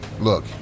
Look